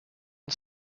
and